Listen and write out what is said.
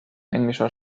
englischer